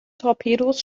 torpedos